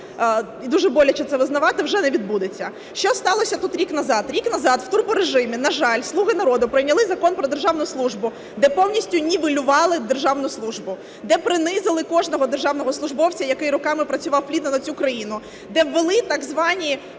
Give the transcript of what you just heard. дуже боляче це визнавати, вже не відбудеться. Що сталося тут рік назад? Рік назад в турборежимі, на жаль, "слуги народу" прийняли Закон "Про державну службу", де повністю нівелювали державну службу, де принизили кожного державного службовця, який роками працював плідно на цю країну, де ввели так звані